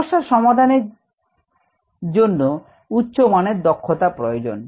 সমস্যা সমাধানের জন্য উচ্চমানের দক্ষতা প্রয়োজন